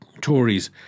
Tories